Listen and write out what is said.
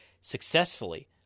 successfully